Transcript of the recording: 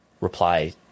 reply